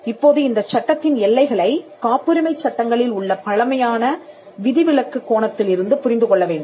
இப்போது இந்தச் சட்டத்தின் எல்லைகளைக் காப்புரிமை சட்டங்களில் உள்ள பழமையான விதிவிலக்கு கோணத்திலிருந்து புரிந்து கொள்ள வேண்டும்